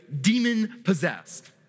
demon-possessed